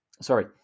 sorry